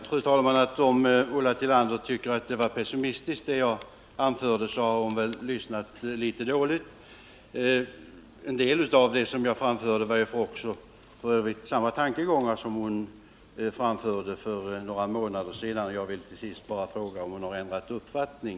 Fru talman! Om Ulla Tillander tycker att det jag anförde var pessimistiskt, har hon väl lyssnat litet dåligt. En del av det jag sade var f. ö. samma tankegångar som hon framförde för några månader sedan. Jag vill till sist bara fråga om Ulla Tillander har ändrat uppfattning.